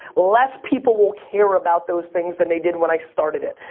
less people will care about those things than they did when i started it.